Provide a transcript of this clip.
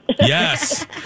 Yes